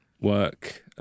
work